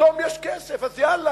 פתאום יש כסף, אז יאללה,